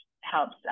helps